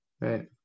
Right